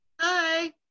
Hi